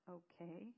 Okay